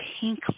pink